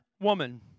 woman